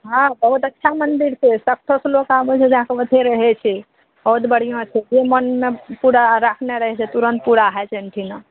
हँ बहुत अच्छा मन्दिर छै सगठेसे लोक आबै छै जाके ओतए रहै छै बहुत बढ़िआँ छै जे मोनमे पूरा राखने रहै छै तुरन्त पूरा होइ छै एहिठिना